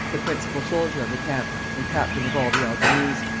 the principal soldier of the camp, and captain of all the albanese.